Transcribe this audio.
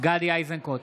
גדי איזנקוט,